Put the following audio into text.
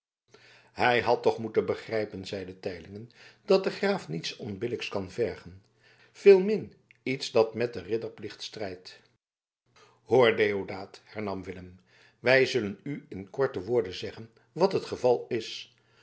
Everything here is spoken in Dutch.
hij had toch moeten begrijpen zeide teylingen dat de graaf niets onbillijks kan vergen veelmin iets dat met den ridderplicht strijdt hoor deodaat hernam willem wij zullen u in korte woorden zeggen wat het geval is